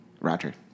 Roger